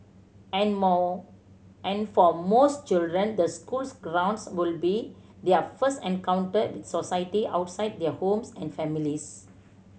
and more and for most children the schools grounds would be their first encounter with society outside their homes and families